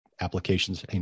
applications